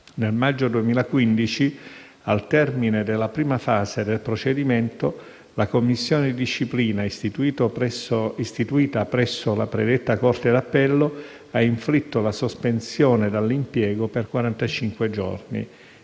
Nel maggio 2015, al termine della prima fase del procedimento, la commissione di disciplina istituita presso la predetta Corte d'appello ha inflitto la sospensione dall'impiego per